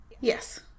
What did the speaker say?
Yes